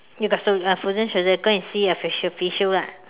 you got sh~ uh frozen shoulder go and see a facial facial lah